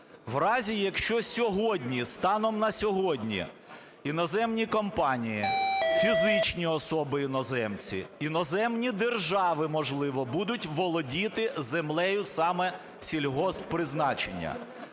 в разі, якщо сьогодні станом на сьогодні іноземні компанії, фізичні особи-іноземці, іноземні держави, можливо, будуть володіти землею саме сільгосппризначення,